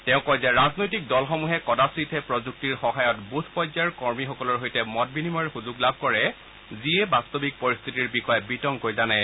তেওঁ কয় যে ৰাজনৈতিক দলসমূহে কদাচিতহে প্ৰযুক্তিৰ সহায়ত বুথ পৰ্যায়ৰ কৰ্মীসকলৰ সৈতে মত বিনিময়ৰ সুযোগ লাভ কৰে যিয়ে বাস্তৱিক পৰিস্থিতিৰ বিষয়ে বিতংকৈ জানে